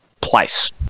place